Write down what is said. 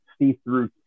see-through